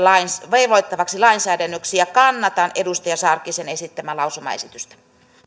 velvoittavaksi lainsäädännöksi ja kannatan edustaja sarkkisen esittämää lausumaesitystä